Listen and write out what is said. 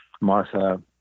Martha